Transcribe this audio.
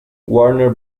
warner